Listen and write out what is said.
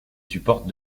supportent